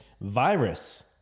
virus